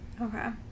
Okay